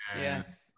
Yes